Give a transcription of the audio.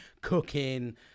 cooking